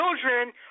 children